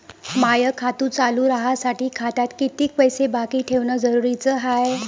माय खातं चालू राहासाठी खात्यात कितीक पैसे बाकी ठेवणं जरुरीच हाय?